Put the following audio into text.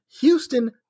Houston